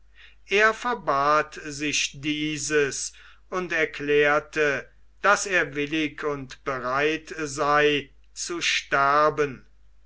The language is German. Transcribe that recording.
er verbat sich dieses und erklärte daß er willig und bereit sei zu sterben